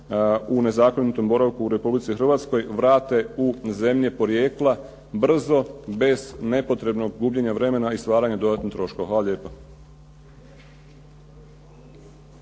u nezakonitom boravku u Republici Hrvatskoj vrate u zemlje porijekla brzo bez nepotrebnog gubljenja vremena i stvaranja dodatnih troškova. Hvala lijepa.